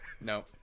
no